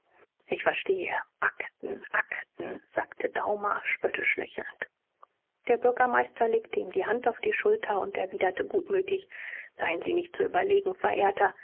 ich verstehe akten akten sagte daumer spöttisch lächelnd der bürgermeister legte ihm die hand auf die schulter und erwiderte gutmütig seien sie nicht so überlegen verehrter